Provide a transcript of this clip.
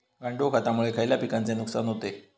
गांडूळ खतामुळे खयल्या पिकांचे नुकसान होते?